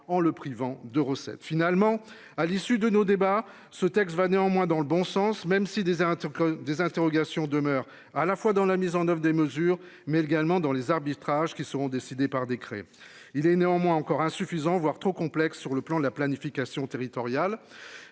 en le privant de recettes finalement à l'issue de nos débats, ce texte va néanmoins dans le bon sens même si des éditeurs que des interrogations demeurent à la fois dans la mise en oeuvre des mesures mais également dans les arbitrages qui seront décidées par décret. Il est néanmoins encore insuffisant voire trop complexe sur le plan de la planification territoriale,